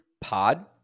Pod